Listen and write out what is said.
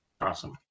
Awesome